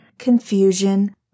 confusion